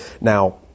Now